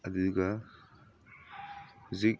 ꯑꯗꯨꯒ ꯍꯧꯖꯤꯛ